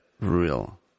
real